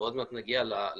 ועוד מעט נגיע לתולדות,